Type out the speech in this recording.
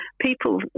people